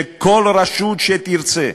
שכל רשות שתרצה,